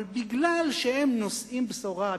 אבל מכיוון שהם נושאים בשורה,